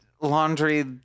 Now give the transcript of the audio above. laundry